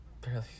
Barely